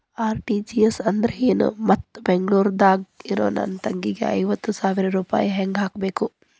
RTGS ಅಂದ್ರ ಏನು ಮತ್ತ ಬೆಂಗಳೂರದಾಗ್ ಇರೋ ನನ್ನ ತಂಗಿಗೆ ಐವತ್ತು ಸಾವಿರ ರೂಪಾಯಿ ಹೆಂಗ್ ಹಾಕಬೇಕು?